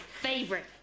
favorite